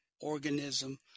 organism